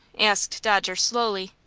asked dodger, slowly.